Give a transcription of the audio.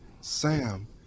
Sam